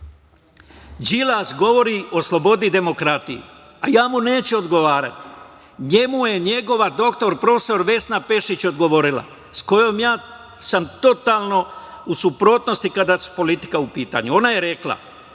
Đilas govori o slobodi i demokratiji, a ja mu neću odgovarati. Njemu je njegova dr prof. Vesna Pešić odgovorila, sa kojom sam ja totalno u suprotnosti kada je politika u pitanju. Ona je rekla